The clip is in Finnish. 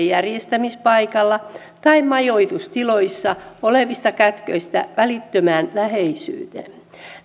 järjestämispaikalla tai majoitustiloissa olevista kätköistä välittömään läheisyyteen